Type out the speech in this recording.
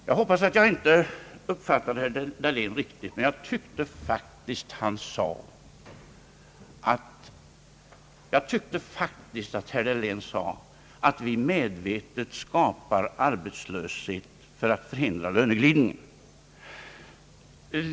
Jag hoppas att jag inte uppfattade herr Dahlén rätt, men jag tyckte faktiskt att han sade att vi medvetet skapar arbetslöshet för att förhindra löneglidning.